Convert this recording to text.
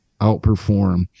outperform